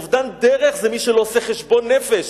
אובדן דרך זה מי שלא עושה חשבון נפש,